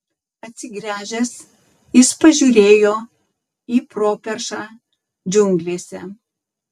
atsigręžęs jis pažiūrėjo į properšą džiunglėse